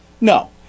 no